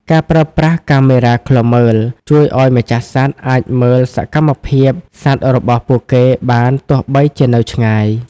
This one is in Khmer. ការប្រើប្រាស់កាមេរ៉ាឃ្លាំមើល ជួយឱ្យម្ចាស់សត្វអាចមើលសកម្មភាពសត្វរបស់ពួកគេបានទោះបីជានៅឆ្ងាយ។